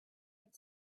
had